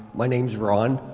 my name is ron.